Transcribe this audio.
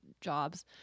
jobs